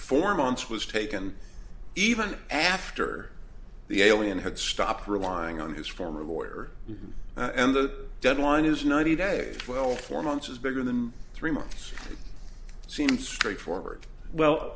four months was taken even after the alien had stopped relying on his former lawyer and the deadline is ninety days well four months is bigger than three months seems straightforward well